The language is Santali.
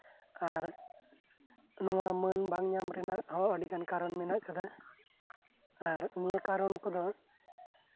ᱟᱨ ᱱᱚᱶᱟ ᱢᱟᱹᱱ ᱵᱟᱝ ᱧᱟᱢ ᱨᱮᱱᱟᱜ ᱦᱚᱸ ᱟᱹᱰᱤᱜᱟᱱ ᱠᱟᱨᱚᱱ ᱢᱮᱱᱟᱜ ᱟᱠᱟᱫᱟ ᱟᱨ ᱱᱤᱭᱟᱹ ᱠᱟᱨᱚᱱ ᱠᱚᱫᱚ